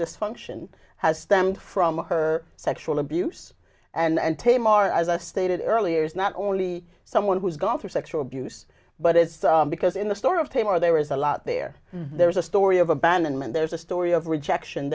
dysfunction has stemmed from her sexual abuse and taymor as i stated earlier is not only someone who's gone through sexual abuse but is because in the story of taylor there is a lot there there's a story of abandonment there's a story of rejection